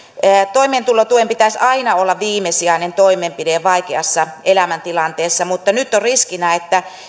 toimeentulotuen pitäisi aina olla viimesijainen toimenpide vaikeassa elämäntilanteessa mutta nyt on riskinä että